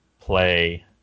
play